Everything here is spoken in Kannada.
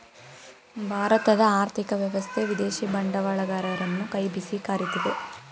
ಭಾರತದ ಆರ್ಥಿಕ ವ್ಯವಸ್ಥೆ ವಿದೇಶಿ ಬಂಡವಾಳಗರರನ್ನು ಕೈ ಬೀಸಿ ಕರಿತಿದೆ